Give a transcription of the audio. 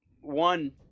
one